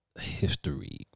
history